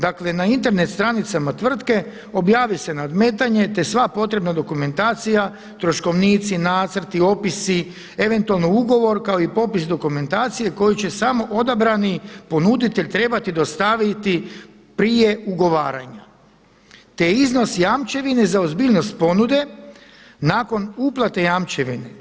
Dakle, na Internet stranicama tvrtke objavi se nadmetanje, te sva potrebna dokumentacija troškovnici, nacrti, opisi, eventualno ugovor kao i popis dokumentacije koju će samo odabrani ponuditelj trebati dostaviti prije ugovaranja, te iznos jamčevine za ozbiljnost ponude nakon uplate jamčevine.